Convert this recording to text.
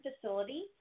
facility